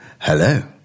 Hello